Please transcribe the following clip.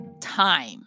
time